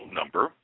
number